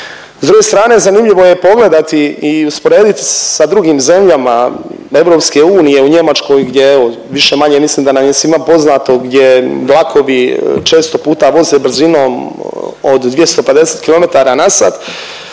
S druge strane zanimljivo je pogledati i usporediti sa drugim zemljama EU u Njemačkoj gdje evo više-manje mislim da nam je svima poznato gdje vlakovi često puta voze brzinom od 250 km/h